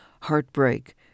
heartbreak